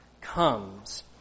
comes